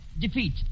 defeat